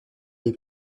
les